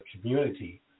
community